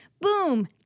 Boom